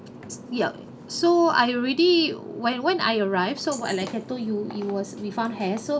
yup so I already when when I arrived so what like I told you it was we found hair so